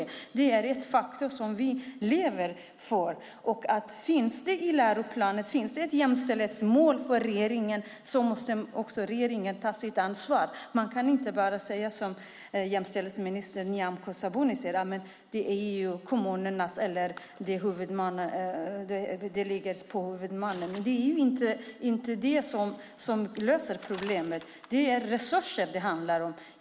Det är ett faktum som vi lever med. Finns det ett jämställdhetsmål i läroplanen måste regeringen ta sitt ansvar. Man kan inte bara, som jämställdhetsminister Nyamko Sabuni gör, säga: Detta ligger på kommunerna, på huvudmännen. Det löser inte problemet, utan det handlar om resurser.